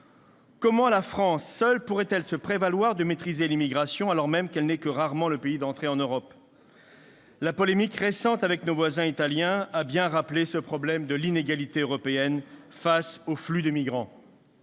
Comment la France seule pourrait-elle se prévaloir de maîtriser l'immigration, alors même qu'elle n'est que rarement le pays d'entrée en Europe ? La polémique récente avec nos voisins italiens a bien rappelé ce problème de l'inégalité européenne face au flux de migrants.